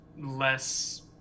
less